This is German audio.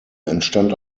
entstand